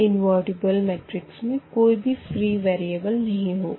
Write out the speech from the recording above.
invertible matrix में कोई भी फ़्री वेरिएबल नहीं होगा